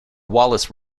wallace